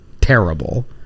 terrible